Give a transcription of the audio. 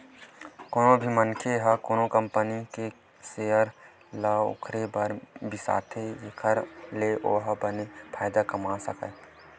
कोनो भी मनखे ह कोनो कंपनी के सेयर ल ओखरे बर बिसाथे जेखर ले ओहा बने फायदा कमा सकय